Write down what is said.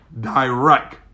direct